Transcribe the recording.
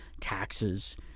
taxes